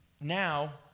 now